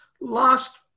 last